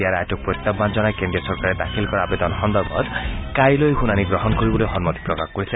দিয়া ৰায়টোক প্ৰত্যাহ্বান জনাই কেন্দ্ৰীয় চৰকাৰে দাখিল কৰা আবেদন সন্দৰ্ভত কাইলৈ শুনানী গ্ৰহণ কৰিবলৈ সন্মতি প্ৰকাশ কৰিছে